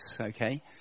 okay